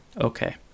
Okay